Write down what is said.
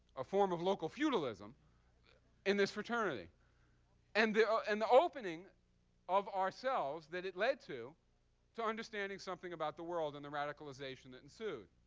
a form of local feudalism in this fraternity and the ah and the opening of ourselves that it led to to understanding something about the world and the radicalization that ensued.